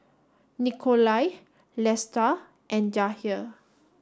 Nikolai Lesta and Jahir